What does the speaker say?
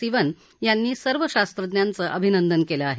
सिवन यांनी सर्व शास्त्रज्ञांचं अभिनंदन केलं आहे